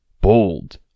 bold